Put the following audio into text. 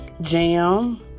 jam